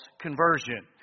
conversion